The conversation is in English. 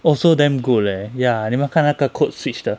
also damn good leh yah 你有没有看那个 code switch 的